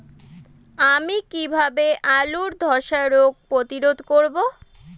আমি কিভাবে আলুর ধ্বসা রোগ প্রতিরোধ করব?